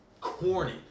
corny